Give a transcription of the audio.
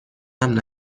امن